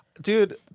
Dude